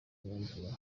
myumvire